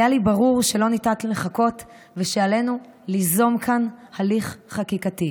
היה לי ברור שלא ניתן לחכות ושעלינו ליזום כאן הליך חקיקתי.